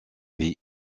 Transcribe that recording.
vie